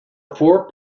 four